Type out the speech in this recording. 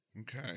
Okay